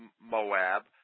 Moab